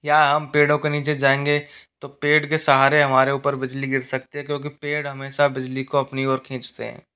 या हम पेड़ों के नीचे जाएंगे तो पेड़ के सहारे हमारे ऊपर बिजली गिर सकती हैं क्योंकि पेड़ हमेशा बिजली को अपनी ओर खींचते हैं